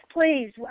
please